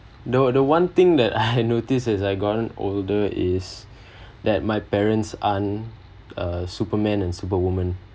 the the one thing that I noticed as I've grown older is that my parents aren’t a superman and superwoman